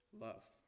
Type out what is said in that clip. Love